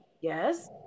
yes